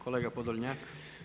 Kolega Podolnjak.